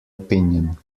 opinion